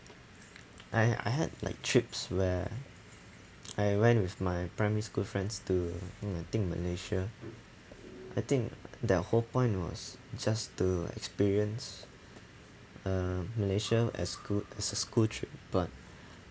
I I had like trips where I went with my primary school friends to mm I think malaysia I think the whole point was just to experience uh malaysia as school as a school trip but